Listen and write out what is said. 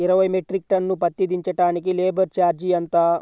ఇరవై metric tonne పత్తి దించటానికి లేబర్ ఛార్జీ ఎంత?